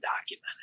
documented